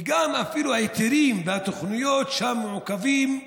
ואפילו ההיתרים והתוכניות שם מעוכבים,